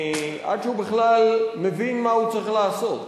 עד שהוא מבין מה הוא צריך לעשות,